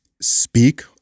Speak